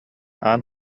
аан